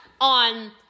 on